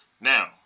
Now